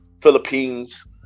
Philippines